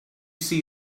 see